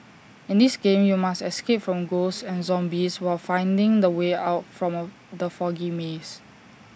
in this game you must escape from ghosts and zombies while finding the way out from the foggy maze